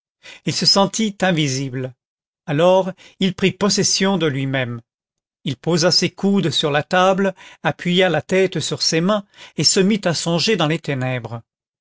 il se sentit invisible alors il prit possession de lui-même il posa ses coudes sur la table appuya la tête sur sa main et se mit à songer dans les ténèbres